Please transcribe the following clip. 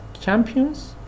champions